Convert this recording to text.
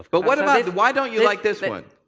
but what about why don't you like this one?